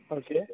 okay